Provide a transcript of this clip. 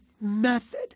method